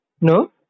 No